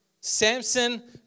Samson